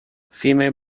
females